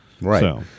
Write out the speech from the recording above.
Right